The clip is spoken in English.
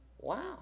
wow